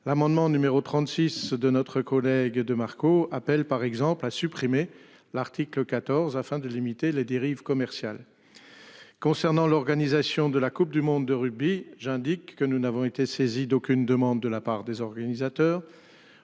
L'amendement numéro 36 de notre collègue de Marco appelle par exemple a supprimé l'article 14, afin de limiter les dérives commerciales. Concernant l'organisation de la Coupe du monde de rugby. J'indique que nous n'avons été saisis d'aucune demande de la part des organisateurs.